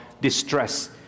distress